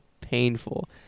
painful